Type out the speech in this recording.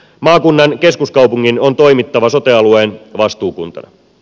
maakunnan keskuskaupungin on toimittava sote alueen vastuukuntana